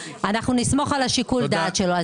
אנחנו נסמוך על שיקול הדעת שלו,